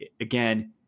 again